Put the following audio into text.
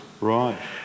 Right